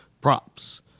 props